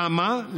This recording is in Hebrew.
למה?